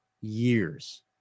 years